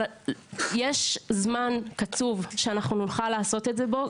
אבל יש זמן קצוב שאנחנו נוכל לעשות את זה בו,